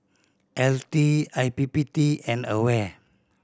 L T I P P T and AWARE